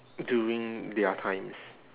during their times